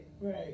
Right